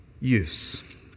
use